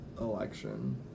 election